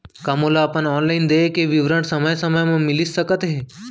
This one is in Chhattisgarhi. का मोला अपन ऑनलाइन देय के विवरण समय समय म मिलिस सकत हे?